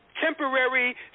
temporary